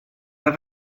have